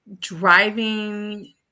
driving